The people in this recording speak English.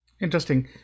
Interesting